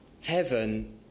heaven